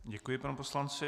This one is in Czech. Děkuji panu poslanci.